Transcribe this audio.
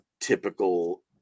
typical